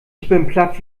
platt